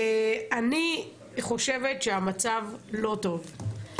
אני חושבת שהמצב לא טוב,